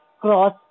cross